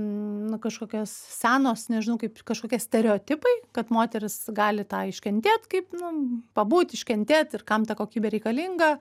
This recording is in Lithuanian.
nu kažkokios senos nežinau kaip kažkokie stereotipai kad moteris gali tą iškentėt kaip nu pabūt iškentėt ir kam ta kokybė reikalinga